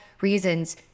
Reasons